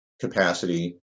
capacity